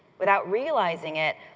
without realizing it,